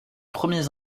premiers